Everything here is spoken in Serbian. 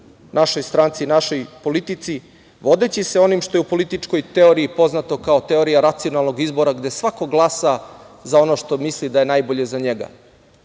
našoj stranci, našoj politici vodeći se onim što je u političkoj teoriji poznato kao teorija racionalnog izbora gde svako glasa za ono što misli da je najbolje za njega,